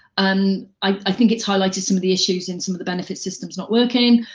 um i think it's highlighted some of the issues and some of the benefit systems not working,